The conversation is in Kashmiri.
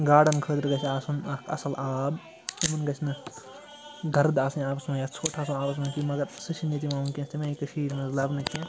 گاڈَن خٲطرٕ گَژھِ آسُن اَکھ اَصٕل آب تِمَن گژھِ نہٕ گَرد آسن آبس منٛز یا ژھوٚٹھ آسِن آبَس کینہہ مگر سُہ چھنہٕ ییٚتہِ یِوان ؤنکیٚنَس تٔمۍ آیہِ کٔشیٖرِ منٛز لَبنہٕ کیٚنہہ